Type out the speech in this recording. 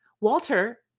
Walter